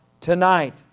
tonight